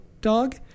dog